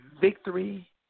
victory